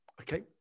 okay